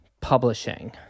Publishing